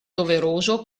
doveroso